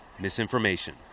misinformation